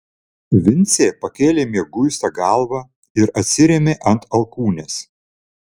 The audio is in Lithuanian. vincė pakėlė mieguistą galvą ir atsirėmė ant alkūnės